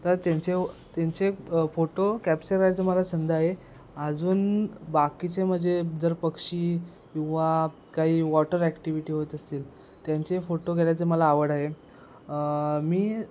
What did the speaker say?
तर त्यांचे त्यांचे फोटो कॅप्चर करायचं मला छंद आहे अजून बाकीचे म्हणजे जर पक्षी किंवा काही वॉटर ॲक्टिव्हिटी होत असतील त्यांचे फोटो घ्यायचं मला आवड आहे मी